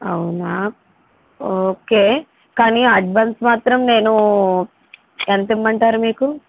అవునా ఓకే కానీ అడ్వాన్స్ మాత్రం నేను ఎంత ఇవ్వమంటారు మీకు